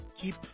keep